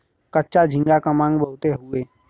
कच्चा झींगा क मांग बहुत हउवे